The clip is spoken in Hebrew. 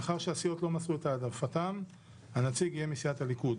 מאחר שהסיעות לא מסרו את העדפתן הנציג יהיה מסיעת הליכוד.